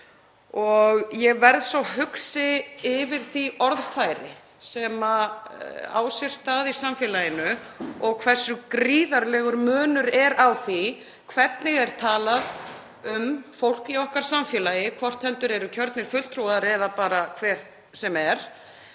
og ég verð svo hugsi yfir því orðfæri sem á sér stað í samfélaginu og hversu gríðarlegur munur er á því hvernig er talað um fólk í okkar samfélagi, hvort heldur eru kjörnir fulltrúar eða bara hver sem er,